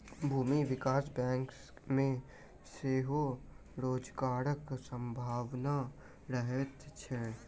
भूमि विकास बैंक मे सेहो रोजगारक संभावना रहैत छै